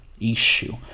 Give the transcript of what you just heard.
issue